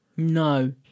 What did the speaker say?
No